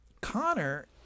Connor